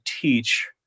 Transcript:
teach